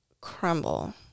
crumble